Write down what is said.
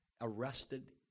arrested